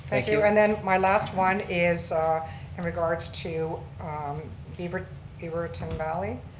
thank you, and then my last one is in regards to beaverton beaverton valley,